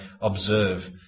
observe